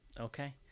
Okay